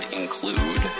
include